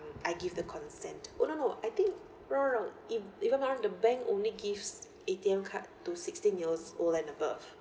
I give the consent oh no no I think wrong wrong wrong if I'm not wrong the bank only gives A_T_M card to sixteen years old and above